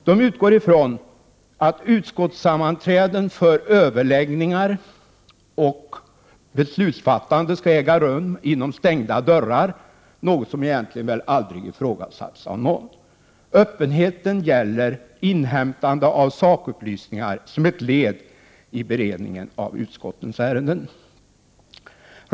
De utgår ifrån att utskottssammanträden för överläggningar och beslutsfattande skall äga rum inom stängda dörrar, något som egentligen väl aldrig ifrågasatts av någon. Öppenhet gäller inhämtande av sakupplysningar . som ett led i beredningen av utskottens ärenden.